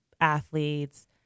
athletes